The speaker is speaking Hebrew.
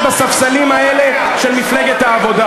אף אחד בספסלים האלה של מפלגת העבודה.